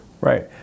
Right